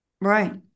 Right